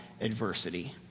adversity